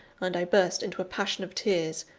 and i burst into a passion of tears,